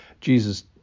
Jesus